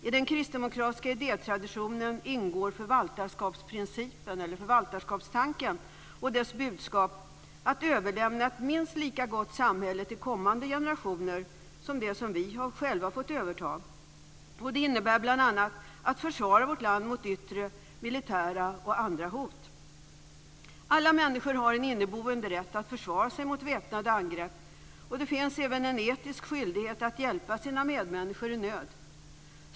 I den kristdemokratiska idétraditionen ingår förvaltarskapstanken och dess budskap att överlämna ett minst lika gott samhälle till kommande generationer som det som vi själva har fått överta. Det innebär bl.a. att försvara vårt land mot yttre militära och andra hot. Alla människor har en inneboende rätt att försvara sig mot väpnade angrepp, och det finns även en etisk skyldighet att hjälpa sina medmänniskor i nöd.